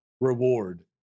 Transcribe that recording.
reward